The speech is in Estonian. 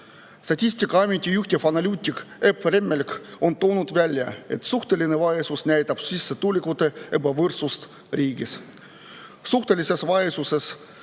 Statistikaameti juhtivanalüütik Epp Remmelg on toonud välja, et suhteline vaesus näitab sissetulekute ebavõrdsust riigis. Suhtelises vaesuses